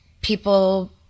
people